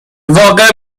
واقع